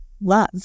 love